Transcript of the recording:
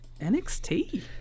NXT